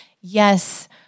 Yes